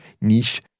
niche